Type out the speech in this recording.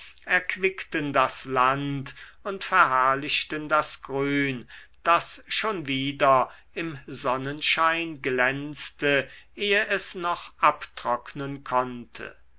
erquickten das land und verherrlichten das grün das schon wieder im sonnenschein glänzte ehe es noch abtrocknen konnte